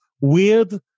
weird